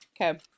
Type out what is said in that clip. Okay